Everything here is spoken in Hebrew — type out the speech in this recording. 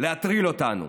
להטריל אותנו,